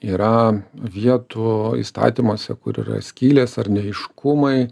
yra vietų įstatymuose kur yra skylės ar neaiškumai